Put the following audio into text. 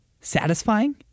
satisfying